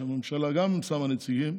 כשהממשלה גם שמה נציגים,